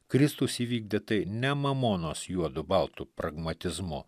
kristus įvykdė tai ne mamonos juodu baltu pragmatizmu